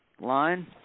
line